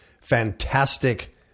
fantastic